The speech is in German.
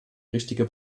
richtige